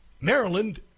Maryland